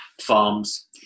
farms